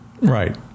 Right